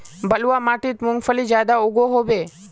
बलवाह माटित मूंगफली ज्यादा उगो होबे?